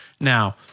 Now